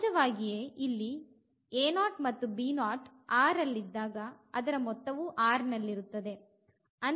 ಸಹಜವಾಗಿಯೇ ಇಲ್ಲಿ ಮತ್ತು R ಅಲ್ಲಿದ್ದಾಗ ಅದರ ಮೊತ್ತವೂ R ನಲ್ಲಿರುತ್ತದೆ